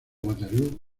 waterloo